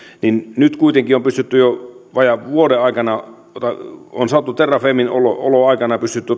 niin nyt kuitenkin on pystytty jo vajaan vuoden aikana terrafamen aikana